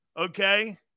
Okay